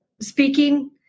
speaking